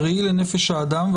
זה ראי לנפש האדם,